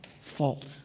fault